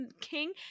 King